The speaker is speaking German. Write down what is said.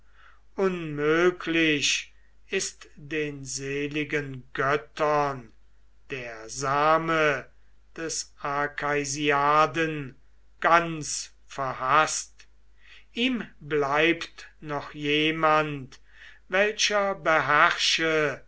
unmöglich ist den seligen göttern der same des arkeisiaden ganz verhaßt ihm bleibt noch jemand welcher beherrsche